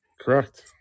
Correct